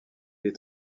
est